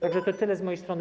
Tak że to tyle z mojej strony.